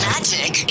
Magic